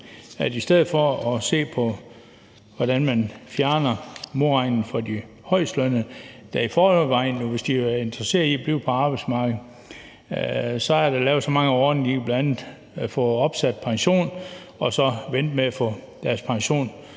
i stedet for at se på, hvordan man fjerner modregningen for de højestlønnede, der i forvejen har det sådan, at hvis de er interesserede i at blive på arbejdsmarkedet, er der lavet så mange ordninger her – de kan bl.a. få opsat pension og så vente med at få deres pension